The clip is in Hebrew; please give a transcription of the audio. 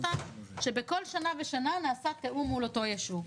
אותם שבכל שנה ושנה נעשה תיאום מול אותו ישוב.